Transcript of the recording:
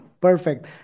Perfect